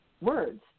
words